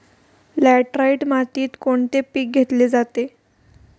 Laterite मातीत कोणते पीक घेतले जाते?